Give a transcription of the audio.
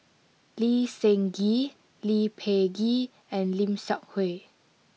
Lee Seng Gee Lee Peh Gee and Lim Seok Hui